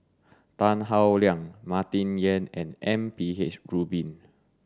Tan Howe Liang Martin Yan and M P H Rubin